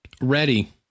Ready